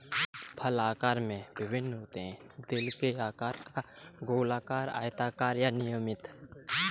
फल आकार में भिन्न होते हैं, दिल के आकार का, गोलाकार, आयताकार या अनियमित